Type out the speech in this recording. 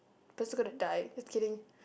person gonna die just kidding